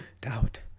doubt